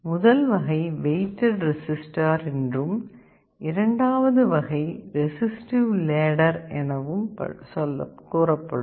முதல் வகை weighted resistor என்றும் இரண்டாவது வகை ரெஸிஸ்ட்டிவ்வு லேடர் எனப்படும்